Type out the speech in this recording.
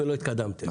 ולא התקדמתם.